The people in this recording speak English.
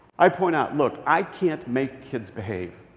i point out, look, i can't make kids behave.